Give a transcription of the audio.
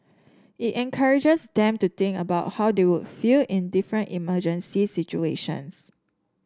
it encourages them to think about how they would feel in different emergency situations